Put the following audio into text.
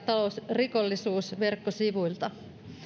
talousrikollisuus verkkosivuilta